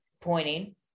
pointing